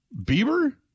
Bieber